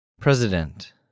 President